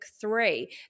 three